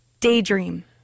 Daydream